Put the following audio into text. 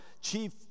chief